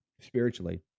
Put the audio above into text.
spiritually